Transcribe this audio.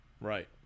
Right